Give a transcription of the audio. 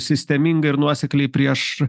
sistemingai ir nuosekliai prieš